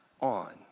on